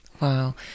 Wow